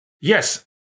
Yes